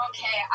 Okay